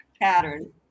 pattern